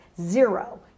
zero